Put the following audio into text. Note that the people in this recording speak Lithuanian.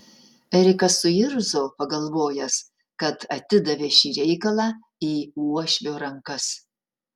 erikas suirzo pagalvojęs kad atidavė šį reikalą į uošvio rankas